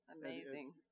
Amazing